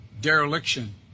dereliction